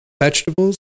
vegetables